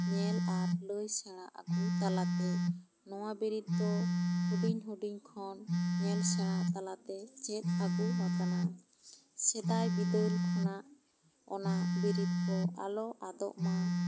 ᱧᱮᱞ ᱟᱨ ᱞᱟᱹᱭ ᱥᱮᱸᱬᱟ ᱟᱹᱜᱩ ᱛᱟᱞᱟᱛᱮ ᱱᱚᱶᱟ ᱵᱤᱨᱤᱫ ᱫᱚ ᱦᱩᱰᱤᱝ ᱦᱩᱰᱤᱝ ᱠᱷᱚᱱ ᱧᱮᱞ ᱥᱮᱸᱬᱟ ᱛᱟᱞᱟᱛᱮ ᱪᱮᱫ ᱟᱹᱜᱩ ᱟᱠᱟᱱᱟ ᱥᱮᱫᱟᱭ ᱵᱤᱫᱟᱹᱞ ᱠᱷᱚᱱᱟᱜ ᱚᱱᱟ ᱵᱤᱨᱤᱫ ᱠᱚ ᱟᱞᱚ ᱟᱫᱚᱜ ᱢᱟ